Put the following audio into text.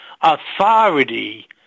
authority